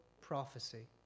prophecy